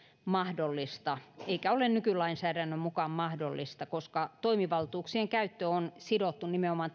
mahdollista eikä ole nykylainsäädännön mukaan mahdollista koska toimivaltuuksien käyttö on sidottu nimenomaan